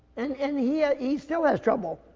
and, and he ah he still has trouble.